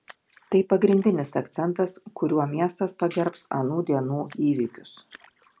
tai pagrindinis akcentas kuriuo miestas pagerbs anų dienų įvykius